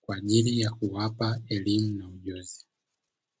kwa ajili ya kuwapa elimu ya ujuzi.